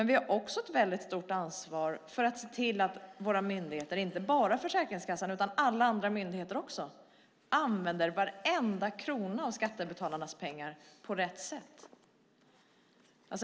Vi har också ett stort ansvar för att se till att våra myndigheter - inte bara Försäkringskassan utan alla myndigheter - använder varenda krona av skattebetalarnas pengar på rätt sätt.